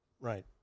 Right